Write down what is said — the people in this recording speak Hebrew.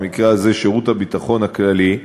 במקרה הזה שירות הביטחון הכללי,